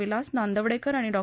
विलास नांदवडेकर आणि डॉ